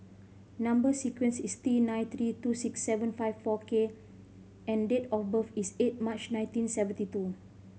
number sequence is T nine three two six seven five four K and date of birth is eight March nineteen seventy two